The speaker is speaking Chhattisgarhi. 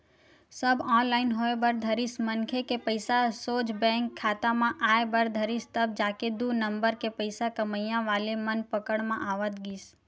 सब ऑनलाईन होय बर धरिस मनखे के पइसा सोझ बेंक खाता म आय बर धरिस तब जाके दू नंबर के पइसा कमइया वाले मन पकड़ म आवत गिस